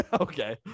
Okay